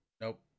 nope